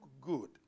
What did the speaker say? good